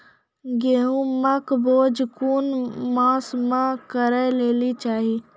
गेहूँमक बौग कून मांस मअ करै लेली चाही?